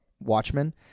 Watchmen